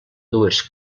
dues